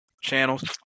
channels